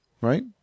right